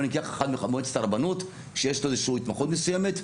בוא ניקח אחד ממועצת הרבנות שיש לו איזושהי התמחות מסוימת.